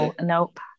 Nope